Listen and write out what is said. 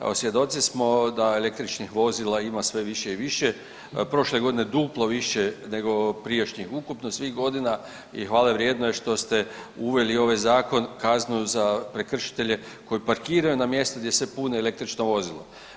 Evo svjedoci smo da električnih vozila ima sve više i više, prošle godine duplo više nego prijašnjih ukupno svih godina i hvale vrijedno je što ste uveli ovaj Zakon, kazne za prekršitelje koji parkiraju na mjesto gdje se pune električno vozilo.